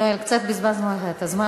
יואל, קצת בזבזנו את הזמן.